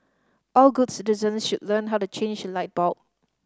all good citizens should learn how to change a light bulb